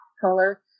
color